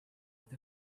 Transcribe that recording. with